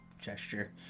gesture